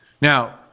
Now